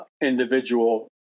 Individual